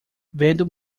vendo